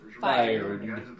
fired